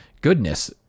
goodness